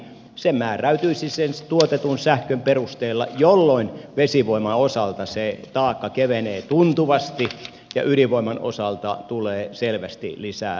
se määräytyisi sen tuotetun sähkön perusteella jolloin vesivoiman osalta se taakka kevenee tuntuvasti ja ydinvoiman osalta tulee selvästi lisää taakkaa